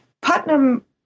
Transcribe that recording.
Putnam